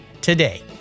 today